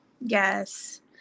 yes